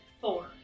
Four